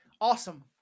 Awesome